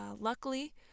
luckily